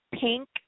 pink